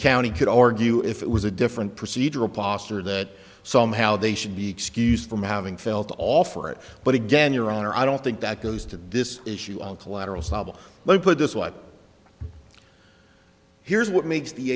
county could argue if it was a different procedural posture that somehow they should be excused from having felt all for it but again your honor i don't think that goes to this issue on collateral sob let me put this what here's what makes the